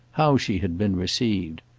how she had been received.